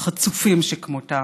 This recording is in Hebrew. חצופים שכמותם,